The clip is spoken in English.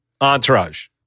Entourage